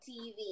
TV